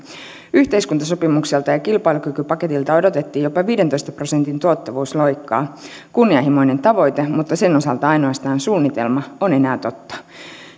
yhteiskuntasopimukselta ja ja kilpailukykypaketilta odotettiin jopa viidentoista prosentin tuottavuusloikkaa kunnianhimoinen tavoite mutta sen osalta ainoastaan suunnitelma on enää totta